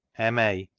m a,